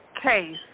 Case